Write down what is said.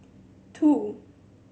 two